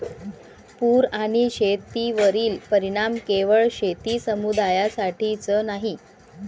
पूर आणि शेतीवरील परिणाम केवळ शेती समुदायासाठीच नाही